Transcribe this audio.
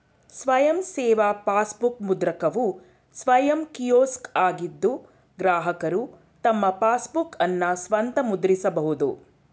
ಸ್ವಯಂ ಸೇವಾ ಪಾಸ್ಬುಕ್ ಮುದ್ರಕವು ಸ್ವಯಂ ಕಿಯೋಸ್ಕ್ ಆಗಿದ್ದು ಗ್ರಾಹಕರು ತಮ್ಮ ಪಾಸ್ಬುಕ್ಅನ್ನ ಸ್ವಂತ ಮುದ್ರಿಸಬಹುದು